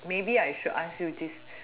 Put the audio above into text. maybe I should ask you this